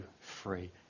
free